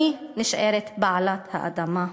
אני נשארת בעלת האדמה.